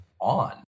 on